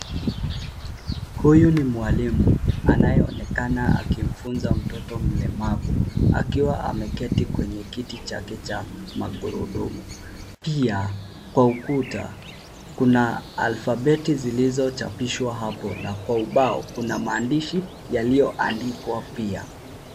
Huyu ni mwalimu anayeonekana akimfunza mtoto mlemavu akiwa ameketi kwenye kiti chake cha magurudumu. Pia kwa ukuta kuna alfabeti zilizochapishwa hapo na kwa ubao kuna maandishi yaliyoandikwa pia.